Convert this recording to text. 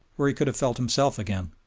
where he could have felt himself again.